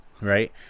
Right